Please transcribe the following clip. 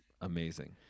amazing